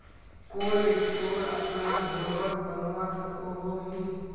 Cold store अपना घोरोत बनवा सकोहो ही?